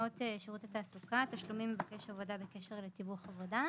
בתקנות שירות התעסוקה (תשלומים ממבקש עבודה בקשר לתיווך עבודה).